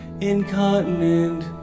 incontinent